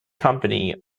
company